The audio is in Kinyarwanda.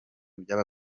bya